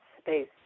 space